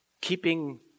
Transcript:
Keeping